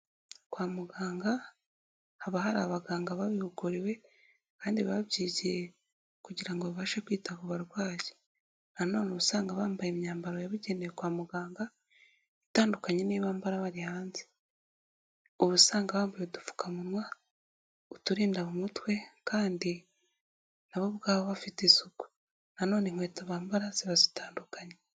Kwa muganga, haba hari abaganga babihuguriwe kandi babyigiye, kugira ngo babashe kwita ku barwayi. Na none usanga bambaye imyambaro yabigenewe kwa muganga, itandukanye n'iyombara bagiye hanze. Uba usanga bambaye udupfukamunwa, uturindadamutwe, kandi nabo ubwabo bafite isuku, na none inkweto bambara ziba zitandukanye.